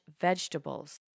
vegetables